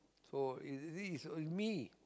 so this i~ i~ is me